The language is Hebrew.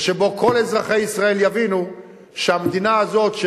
ושבו כל אזרחי ישראל יבינו שהמדינה הזאת,